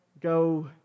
go